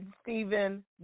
Stephen